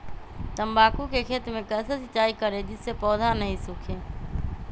तम्बाकू के खेत मे कैसे सिंचाई करें जिस से पौधा नहीं सूखे?